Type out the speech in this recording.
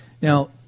Now